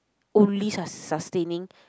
only sus~ sustaining